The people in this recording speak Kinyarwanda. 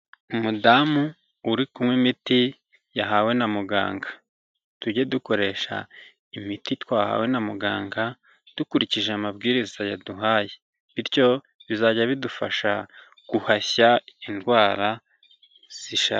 Umudamu uri kunywa imiti yahawe na muganga. Tujye dukoresha imiti twahawe na muganga dukurikije amabwiriza yaduhaye bityo bizajya bidufasha guhashya indwara zishaje.